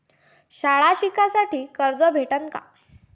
शाळा शिकासाठी कर्ज भेटन का?